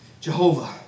Jehovah